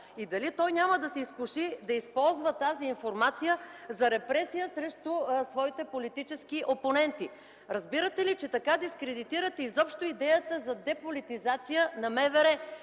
и дали той няма да се изкуши да използва тази информация за репресия срещу своите политически опоненти? Разбирате ли, че така дискредитирате изобщо идеята за деполитизация на МВР?